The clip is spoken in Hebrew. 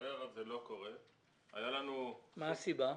מה הסיבה?